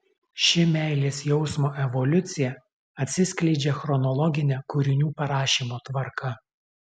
ši meilės jausmo evoliucija atsiskleidžia chronologine kūrinių parašymo tvarka